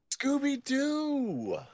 Scooby-Doo